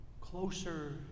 closer